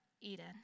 Eden